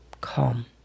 calm